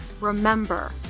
remember